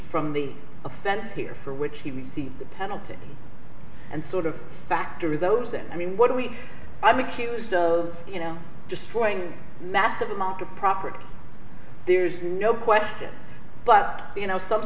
from the offense here for which he received the penalty and sort of factor those that i mean what are we i'm accused of you know destroying massive amounts of property there's no question but you know some